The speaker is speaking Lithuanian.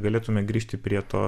galėtume grįžti prie to